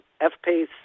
F-Pace